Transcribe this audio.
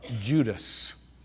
Judas